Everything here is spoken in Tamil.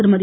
திருமதி